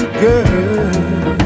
girl